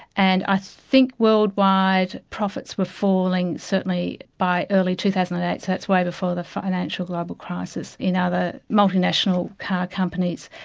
and i think worldwide profits were falling, certainly by early two thousand and eight, so it's way before the financial global crisis, in other multinational car companies.